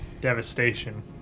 devastation